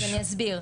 אסביר.